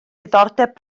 diddordeb